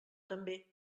també